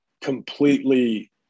completely